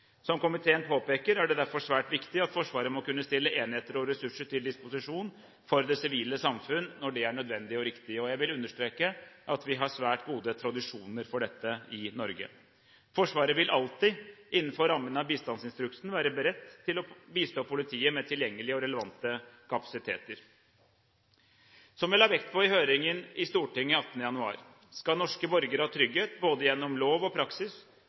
Som komiteen påpeker, er det derfor svært viktig at Forsvaret må kunne stille enheter og ressurser til disposisjon for det sivile samfunn når det er nødvendig og riktig. Og jeg vil understreke at vi har svært gode tradisjoner for dette i Norge. Forsvaret vil alltid, innenfor rammene av bistandsinstruksen, være beredt til å bistå politiet med tilgjengelige og relevante kapasiteter. Som jeg la vekt på i høringen i Stortinget 18. januar, skal norske borgere ha trygghet – både gjennom lov og i praksis